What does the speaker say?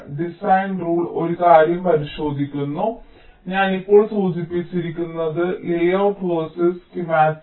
design rule ഒരു കാര്യം പരിശോധിക്കുന്നു ഞാൻ ഇപ്പോൾ സൂചിപ്പിച്ചിരിക്കുന്നു ലേഔട്ട് വേഴ്സസ് സ്കീമാറ്റിക്